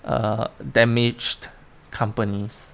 uh damaged companies